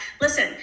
listen